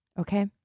okay